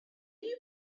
you